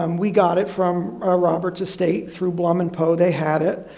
um we got it from robert's estate through blum and poe they had it.